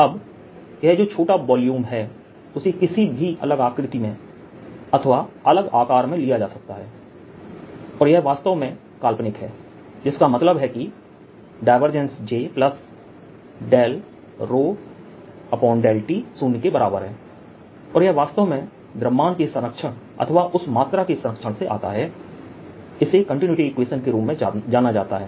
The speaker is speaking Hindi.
अब यह जो छोटा वॉल्यूम है उसे किसी भी अलग आकृति में अथवा अलग आकार में लिया जा सकता है और यह वास्तव में काल्पनिक है जिसका मतलब है कि j∂ρ∂tशून्य के बराबर है और यह वास्तव में द्रव्यमान के संरक्षण अथवा उस मात्रा के संरक्षण से आता है इसे कंटिन्यूटी इक्वेशन के रूप में जाना जाता है